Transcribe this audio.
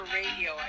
radio